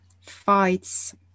fights